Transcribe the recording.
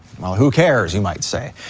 well who cares, you might say.